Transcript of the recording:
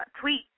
tweet